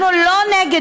זה לא הנמקה